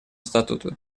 статуту